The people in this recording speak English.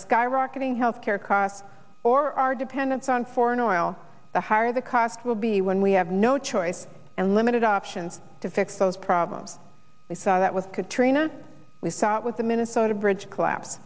skyrocketing health care costs or our dependence on foreign oil the higher the cost will be when we have no choice and amid options to fix those problems we saw that with katrina we saw with the minnesota bridge collapse